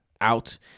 out